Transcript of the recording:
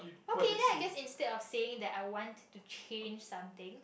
okay then I guess instead of saying that I want to change something